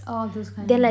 oh those kind